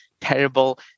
terrible